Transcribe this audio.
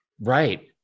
Right